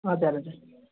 हजुर हजुर